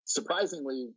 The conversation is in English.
Surprisingly